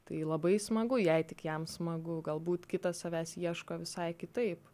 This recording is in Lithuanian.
tai labai smagu jei tik jam smagu galbūt kitas savęs ieško visai kitaip